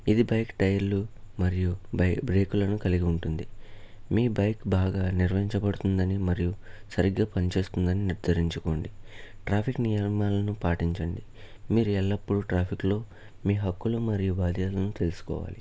ఇది బైక్ టైర్లు మరియు బ్రే బ్రేకేలను కలిగి ఉంటుంది మీ బైక్ బాగా నిర్వహించబడుతుందని మరియు సరిగ్గా పనిచేస్తుందని నిర్ధారించుకొండి ట్రాఫిక్ నియమాలను పాటించండి మీరు ఎల్లప్పుడు ట్రాఫిక్లో మీ హక్కులు మరియు బాధ్యతలను తెలుసుకోవాలి